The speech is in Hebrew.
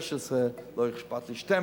לא אכפת לי 16, לא אכפת לי 12,